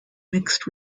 mixed